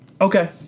Okay